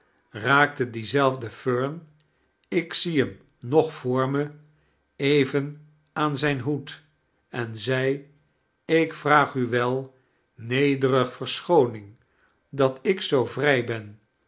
raakte diezelfde fern ik zie hem nog voor me even aan zijn toed en zei ik vraag u wel nederig verschooning dat ik zoo vrij ben